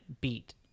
beat